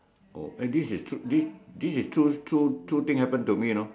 oh eh this is true this is true true true thing happen to me you know